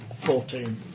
Fourteen